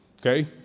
Okay